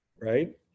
right